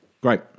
Great